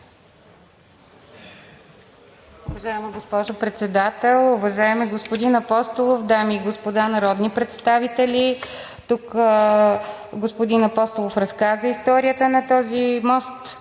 Уважаема госпожо Председател, уважаеми господин Апостолов, дами и господа народни представители! Тук господин Апостолов разказа историята на този мост